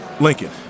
Lincoln